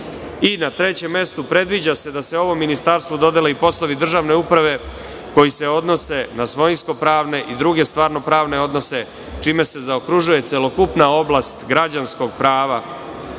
trećem mestu, predviđa se da se ovom ministarstvu dodele i poslovi državne uprave koji se odnose na svojinsko pravne i druge stvarno pravne odnose, čime se zaokružuje celokupna oblast građanskog prava